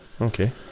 Okay